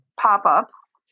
pop-ups